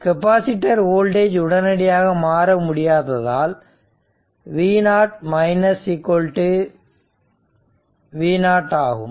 capacitor voltage உடனடியாக மாற முடியாததால் v0 v0 ஆகும்